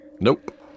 Nope